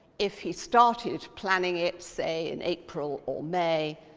if he started planning it, say, in april or may.